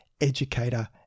educator